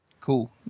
Cool